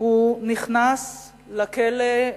הוא נכנס לכלא,